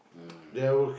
mm